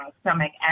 stomach